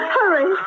Hurry